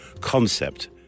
concept